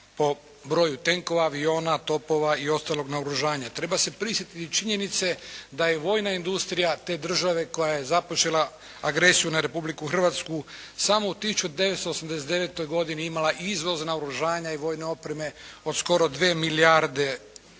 po broju tenkova, aviona, topova i ostalog naoružanja. Treba se prisjetiti činjenice da je i vojna industrija te države koja je započela agresiju na Republiku Hrvatsku samo u 1989. godini imala izvoz naoružanja i vojne opreme od skoro 2 milijarde